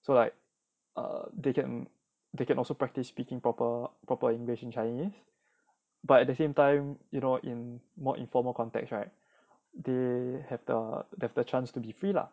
so like err they can they can also practice speaking proper proper english in chinese but at the same time you know in more informal context right they have the the chance to be free lah